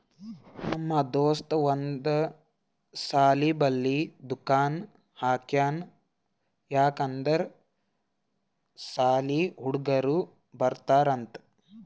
ನಮ್ ದೋಸ್ತ ಒಂದ್ ಸಾಲಿ ಬಲ್ಲಿ ದುಕಾನ್ ಹಾಕ್ಯಾನ್ ಯಾಕ್ ಅಂದುರ್ ಸಾಲಿ ಹುಡುಗರು ಬರ್ತಾರ್ ಅಂತ್